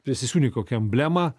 prisisiūni kokia emblemą